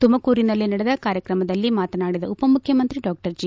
ತುಮಕೂರಿನಲ್ಲಿ ನಡೆದ ಕಾರ್ಯಕ್ರಮದಲ್ಲಿ ಮಾತನಾಡಿದ ಉಪಮುಖ್ಯಮಂತ್ರಿ ಡಾ ಜಿ